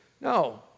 No